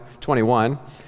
21